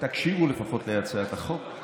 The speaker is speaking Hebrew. לפחות תקשיבו להצעת החוק,